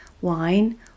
wine